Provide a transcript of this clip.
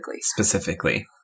specifically